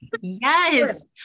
yes